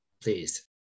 Please